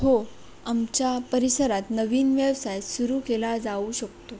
हो आमच्या परिसरात नवीन व्यवसाय सुरू केला जाऊ शकतो